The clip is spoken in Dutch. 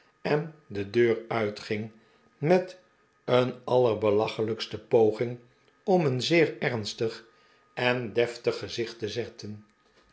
en de deur uitging met een allerbelachelijkste poging om een zeer ernstig en deftig gezicht te zetten